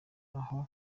aho